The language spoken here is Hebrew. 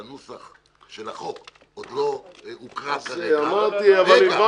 שהנוסח של החוק עוד לא הוקרא - זה יהיה ברוח --- גמרנו.